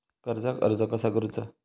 कर्जाक अर्ज कसा करुचा?